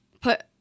put